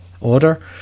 order